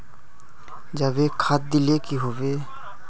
जाबे खाद दिले की होबे?